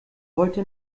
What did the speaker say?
wollte